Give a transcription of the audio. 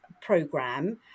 program